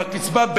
בקצבה,